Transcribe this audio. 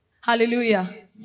Hallelujah